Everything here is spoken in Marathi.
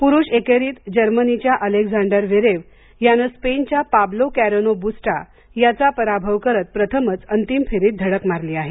पुरुष एकेरीत जर्मनीच्या अलेक्झांडर व्हेरेव्ह याने स्पेनच्या पाब्लो कॅरेनो बुस्टा याचा पराभव करत प्रथमच अंतिम फेरीत धडक मारली आहे